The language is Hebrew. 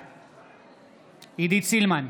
בעד עידית סילמן,